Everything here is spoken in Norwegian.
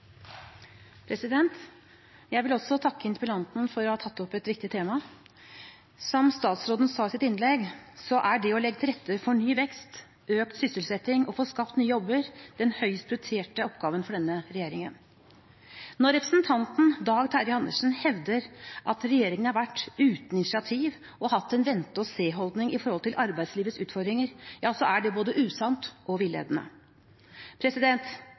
Jeg vil også takke interpellanten for å ha tatt opp et viktig tema. Som statsråden sa i sitt innlegg, er det å legge til rette for ny vekst, økt sysselsetting og å få skapt nye jobber, den høyest prioriterte oppgaven for denne regjeringen. Når representanten Dag Terje Andersen hevder at regjeringen har vært uten initiativ og har hatt en vente-og-se-holdning når det gjelder arbeidslivets utfordringer, er det både usant og villedende.